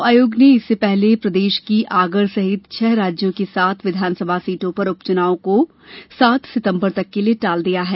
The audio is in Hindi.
चुनाव आयोग ने इससे पहले प्रदेश की आगर सहित छह राज्यों की सात विधानसभा सीटों पर उपचुनाव को सात सितंबर तक के लिए टाल दिया है